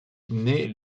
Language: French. naît